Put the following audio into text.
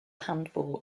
handball